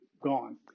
gone